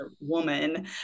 woman